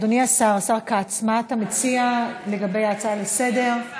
אדוני השר כץ, מה אתה מציע לגבי ההצעה לסדר-היום?